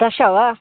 दश वा